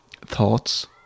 thoughts